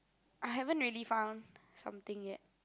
I haven't really found something yet